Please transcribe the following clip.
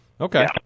Okay